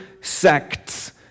sects